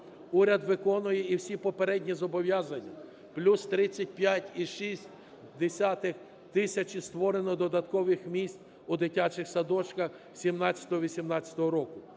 Уряд виконує і всі попередні зобов'язання: плюс 35,6 тисячі створено додаткових місць у дитячих садочках 2017-2018 року;